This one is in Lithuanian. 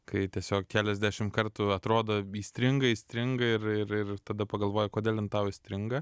kai tiesiog keliasdešim kartų atrodo įstringa įstringa ir ir ir tada pagalvoji kodėl jin tau įstringa